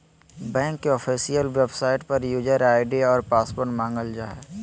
bank के official website पर user ID और पासवर्ड मांगल जा हइ